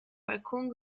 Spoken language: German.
balkon